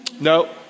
No